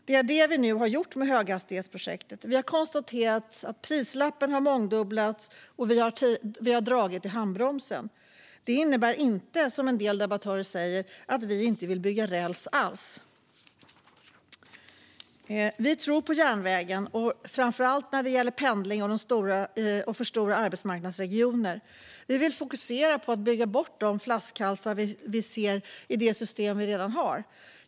Det är det vi i regeringen nu gjort med höghastighetsprojektet: Vi har konstaterat att prislappen mångdubblats, och vi har dragit i handbromsen. Det innebär inte, som en del debattörer säger, att vi inte vill bygga räls alls. Vi tror på järnvägen, framför allt när det gäller pendling och stora arbetsmarknadsregioner. Vi vill fokusera på att bygga bort de flaskhalsar som vi ser i det system som redan finns.